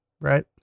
Right